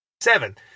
Seven